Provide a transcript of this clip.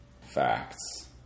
facts